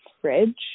fridge